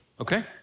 okay